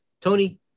Tony